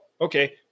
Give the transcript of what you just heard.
okay